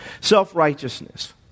Self-righteousness